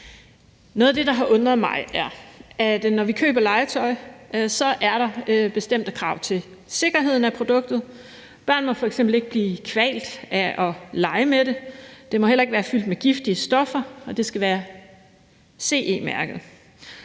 Noget af det, der har undret mig, er, at når vi køber legetøj, er der bestemte krav til sikkerheden af produktet. Børn må f.eks. ikke blive kvalt af at lege med det, og det må heller ikke være fyldt med giftige stoffer, og det skal være CE-mærket.